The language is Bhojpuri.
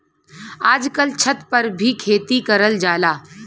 आजकल छत पर भी खेती करल जाला